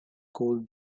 cooled